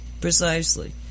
precisely